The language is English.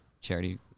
Charity